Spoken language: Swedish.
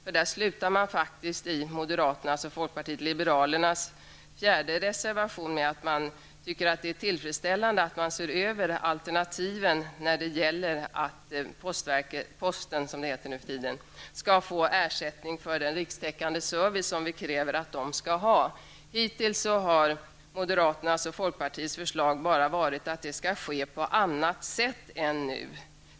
I en reservation säger nämligen moderaterna och folkpartisterna att det är tillfredsställande att konsekvenserna av olika alternativ närmare belyses och att posten skall få ersättning för den rikstäckande service som vi kräver att den skall ge. Hittills har moderaternas och folkpartiets förslag bara varit att de skall ske ''på annat sätt'' än nu.